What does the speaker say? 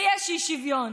ויש אי-שוויון.